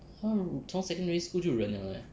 他从 secondary school 就忍了 leh